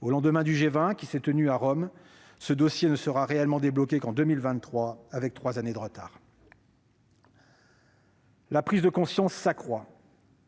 Au lendemain du G20 qui s'est tenu à Rome, ce dossier ne sera réellement débloqué qu'en 2023, avec trois ans de retard. La prise de conscience s'accroît.